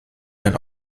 ein